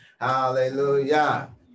Hallelujah